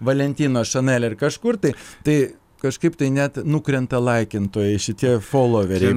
valentino šanel ar kažkur tai tai kažkaip tai net nukrenta laikintojai šitie foloveriai